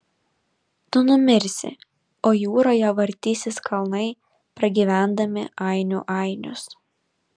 tu numirsi o jūroje vartysis kalnai pragyvendami ainių ainius